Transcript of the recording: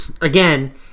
Again